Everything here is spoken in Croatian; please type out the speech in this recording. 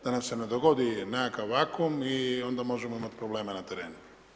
Da nam se ne dogodi nekakav vakuum i onda možemo imat problema na terenu.